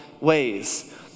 ways